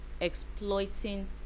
exploiting